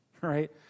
right